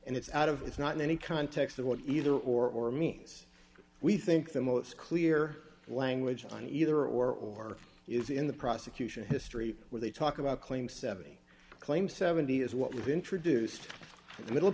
and it's out of it's not in any context of what either or or means we think the most clear language on either or or is in the prosecution history where they talk about claims seventy claims seventy is what we've introduced